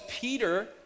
Peter